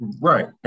Right